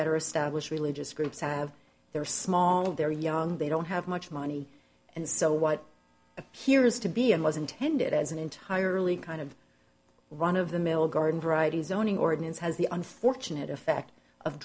better established religious groups have they're small they're young they don't have much money and so what appears to be and was intended as an entirely kind of run of the mill garden variety zoning ordinance has the unfortunate